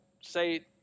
say